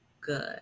good